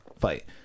fight